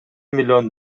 миллион